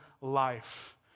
life